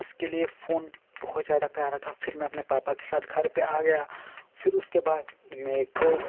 इसके लिए फोन बहुत ज़्यादा प्यारा था फिर मै अपने पापा के साथ घर पर आ गया फिर उसके बाद मेरे को